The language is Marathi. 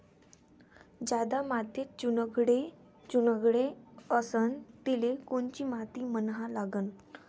ज्या मातीत चुनखडे चुनखडे असन तिले कोनची माती म्हना लागन?